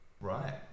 Right